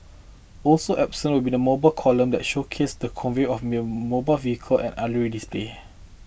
also absent will be the mobile column that showcase the convoy of vehicle and aerial display